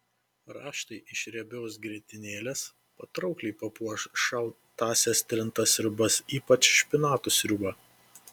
raštai iš riebios grietinėlės patraukliai papuoš šaltąsias trintas sriubas ypač špinatų sriubą